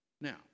Now